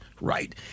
right